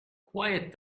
quiet